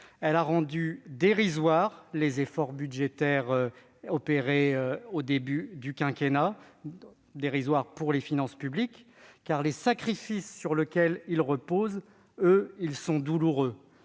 paix, a rendu dérisoires les efforts budgétaires opérés au début du quinquennat en faveur des finances publiques, car les sacrifices sur lequel ils reposaient sont douloureux.